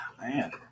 man